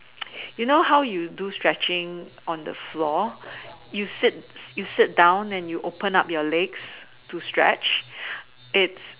you know how you do stretching on the floor you sit you sit down and you open up your legs to stretch it's